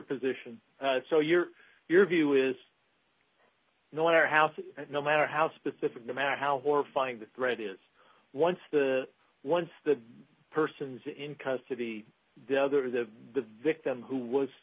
position so your your view is no one our houses no matter how specific no matter how horrifying the threat is once the once the person's in custody the others of the victim who was